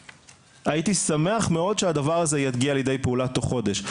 הייתי שמח מאוד שהדבר הזה יגיע לידי פעולה תוך חודש.